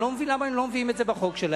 אני לא מבין למה הם לא מביאים את זה בחוק שלהם.